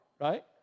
right